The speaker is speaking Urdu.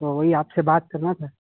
تو وہی آپ سے بات کرنا تھا